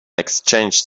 exchanged